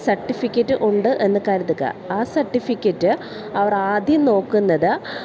certificate ഉണ്ട് എന്ന് കരുതുക ആ സർട്ടിഫിക്കറ്റ് അവർ ആദ്യം നോക്കുന്നത്